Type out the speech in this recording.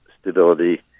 stability